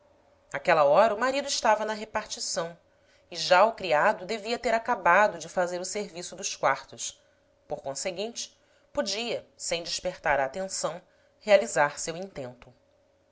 àquela hora o marido estava na repartição e já o criado devia ter acabado de fazer o serviço dos quartos por conseguinte podia sem despertar a atenção realizar seu intento